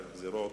ההסדרים.